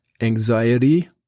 anxiety